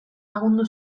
lagundu